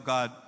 God